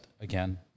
again